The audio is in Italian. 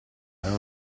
erano